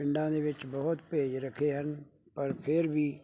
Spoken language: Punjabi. ਪਿੰਡਾਂ ਦੇ ਵਿੱਚ ਬਹੁਤ ਭੇਜ ਰੱਖੇ ਹਨ ਪਰ ਫੇਰ ਵੀ